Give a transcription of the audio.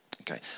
Okay